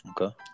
Okay